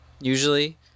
usually